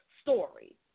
story